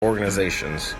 organizations